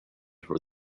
for